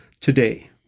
today